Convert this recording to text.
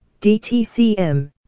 DTCM